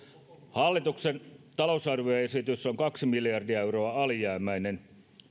hallituksen talousarvioesitys on kaksi miljardia euroa alijäämäinen